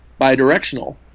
bidirectional